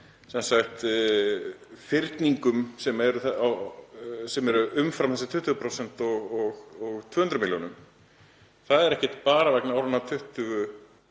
dreifa fyrningum sem eru umfram þessi 20% og 200 milljónir. Það er ekki bara vegna áranna 2021